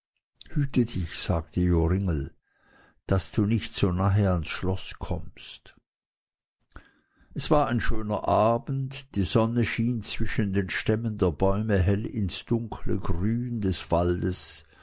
hüte dich sagte joringel daß du nicht so nahe ans schloß kommst es war ein schöner abend die sonne schien zwischen den stämmen der bäume hell ins dunkle grün des waldes